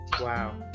wow